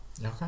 Okay